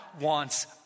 wants